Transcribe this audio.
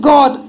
God